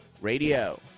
Radio